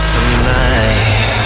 Tonight